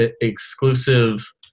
exclusive